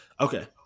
okay